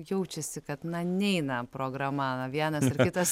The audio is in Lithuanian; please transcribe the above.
jaučiasi kad na neina programa na vienas ar kitas